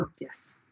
yes